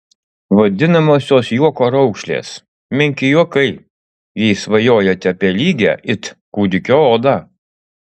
vadinamosios juoko raukšlės menki juokai jei svajojate apie lygią it kūdikio odą